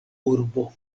urbo